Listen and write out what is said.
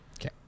Okay